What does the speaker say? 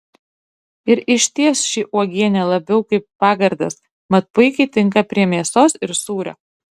ir išties ši uogienė labiau kaip pagardas mat puikiai tinka prie mėsos ir sūrio